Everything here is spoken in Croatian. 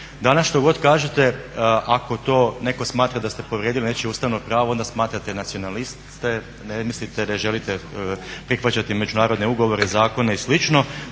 Danas što god kažete ako to netko smatra da ste povrijedili nečije ustavno pravo onda smatrate nacionalist ste, ne mislite, ne želite prihvaćati međunarodne ugovore, zakone i